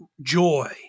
joy